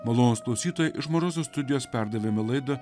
malonūs klausytojai iš mažosios studijos perdavėme laida